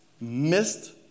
missed